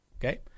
Okay